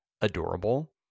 adorable